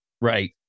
Right